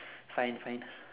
fine fine